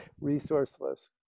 resourceless